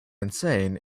insane